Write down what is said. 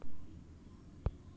পাট চাষ কীভাবে করা হয়?